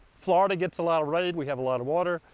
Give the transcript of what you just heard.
florida gets a lot of rain. we have a lot of water.